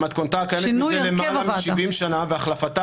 במתכונתה הקיימת מזה למעלה מ-70 שנה והחלפתה